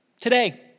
Today